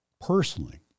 personally